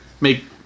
make